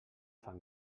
fan